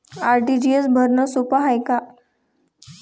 RTGS भरनं सोप हाय का?